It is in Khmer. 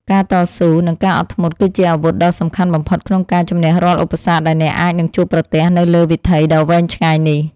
ការតស៊ូ និងការអត់ធ្មត់គឺជាអាវុធដ៏សំខាន់បំផុតក្នុងការជម្នះរាល់ឧបសគ្គដែលអ្នកអាចនឹងជួបប្រទះនៅលើវិថីដ៏វែងឆ្ងាយនេះ។